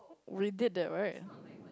we did that right